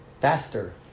Faster